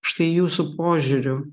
štai jūsų požiūriu